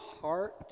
heart